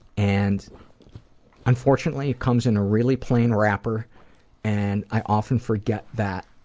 and unfortunately it comes in a really plain wrapper and i often forget that,